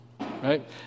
right